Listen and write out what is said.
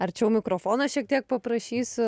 arčiau mikrofono šiek tiek paprašysiu